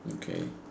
okay